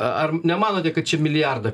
ar nemanote kad milijardą